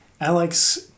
Alex